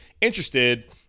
interested